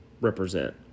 represent